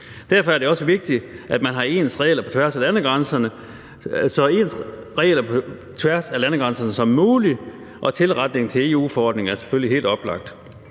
Derfor er det også vigtigt, at man har så ens regler på tværs af landegrænserne som muligt, og tilretning til EU-forordningen er selvfølgelig helt oplagt.